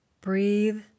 Breathe